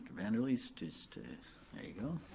van der leest, just, there you go.